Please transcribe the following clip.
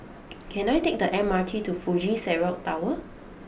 can I take the M R T to Fuji Xerox Tower